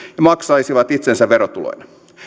maksaisivat itsensä verotuloina